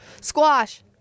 Squash